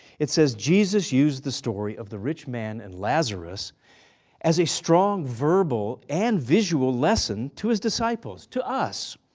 it says, jesus used the story of the rich man and lazarus as a strong verbal and visual lesson to his disciples, to us.